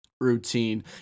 routine